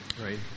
Right